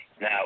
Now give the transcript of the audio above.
Now